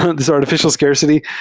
ah this artificial scarcity.